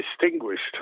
distinguished